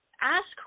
ask